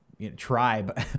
Tribe